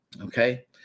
okay